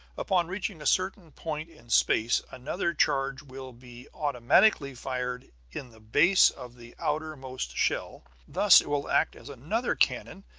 upon reaching a certain point in space another charge will be automatically fired in the base of the outermost shell. thus it will act as another cannon,